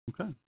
Okay